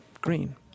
green